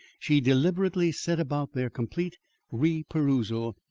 she deliberately set about their complete reperusal,